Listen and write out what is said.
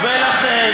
45 בעד,